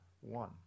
one